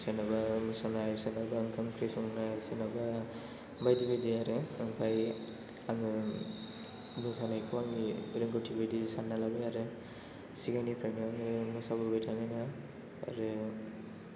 सोरनाबा मोसानाय सोरनाबा ओंखाम ओंख्रि संनाय सोरनाबा बायदि बायदि आरो ओमफ्राय आङो मोसानायखौ आंनि रोंगौथि बायदि सानना लाबाय आरो सिगांनिफ्रायनो मोसाबोबाय थानायना आरो